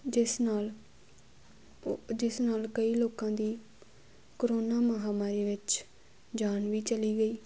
ਜਿਸ ਨਾਲ ਓ ਜਿਸ ਨਾਲ ਕਈ ਲੋਕਾਂ ਦੀ ਕਰੋਨਾ ਮਹਾਂ ਮਾਰੀ ਵਿੱਚ ਜਾਨ ਵੀ ਚਲੀ ਗਈ